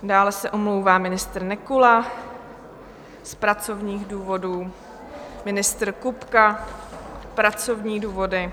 Dále se omlouvá ministr Nekula z pracovních důvodů, ministr Kupka pracovní důvody.